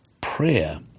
prayer